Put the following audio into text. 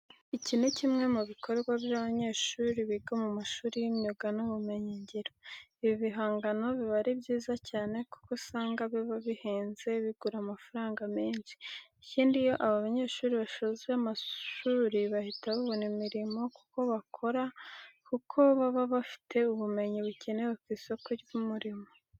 Iki ni kimwe mu bikorwa by'abanyeshuri biga mu mashuri y'imyuga n'ubumenyingiro. Ibi bigangano biba ari byiza cyane kuko usanga biba bihenze bigura amafaranga menshi. Ikindi iyo aba banyeshuri basoje amashuri bahita babona imirimo bakora kuko baba bafite ubumenyi bukenewe ku isoko ry'umurimo.